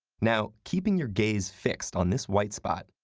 now, keeping your gaze fixed on this white spot,